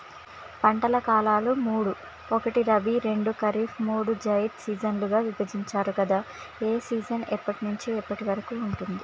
పంటల కాలాలు మూడు ఒకటి రబీ రెండు ఖరీఫ్ మూడు జైద్ సీజన్లుగా విభజించారు కదా ఏ సీజన్ ఎప్పటి నుండి ఎప్పటి వరకు ఉంటుంది?